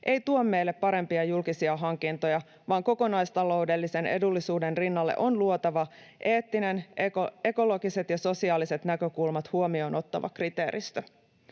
ei tuo meille parempia julkisia hankintoja, vaan kokonaistalou-dellisen edullisuuden rinnalle on luotava eettinen, ekologiset ja sosiaaliset näkökulmat huomioon ottava kriteeristö.